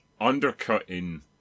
undercutting